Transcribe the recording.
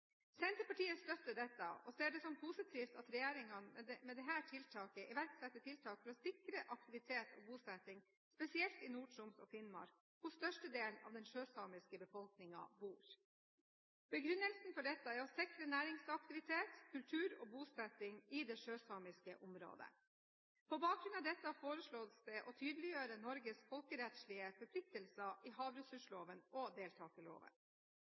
Senterpartiet støtter dette, og ser det som positivt at regjeringen med dette tiltaket iverksetter tiltak for å sikre aktivitet og bosetting, spesielt i Nord-Troms og Finnmark, der størstedelen av den sjøsamiske befolkningen bor. Begrunnelsen for dette er å sikre næringsaktivitet, kultur og bosetting i det sjøsamiske området. På bakgrunn av dette foreslås det å tydeliggjøre Norges folkerettslige forpliktelser i havressursloven og deltakerloven.